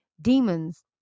demons